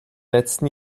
letzten